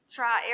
Try